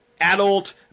adult